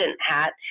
hat